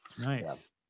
nice